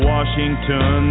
Washington